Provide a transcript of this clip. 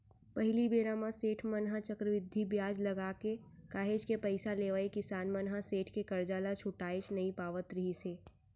पहिली बेरा म सेठ मन ह चक्रबृद्धि बियाज लगाके काहेच के पइसा लेवय किसान मन ह सेठ के करजा ल छुटाएच नइ पावत रिहिस हे